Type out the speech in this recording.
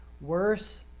worse